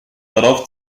darauf